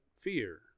fear